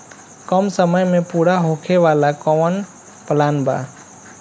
कम समय में पूरा होखे वाला कवन प्लान बा?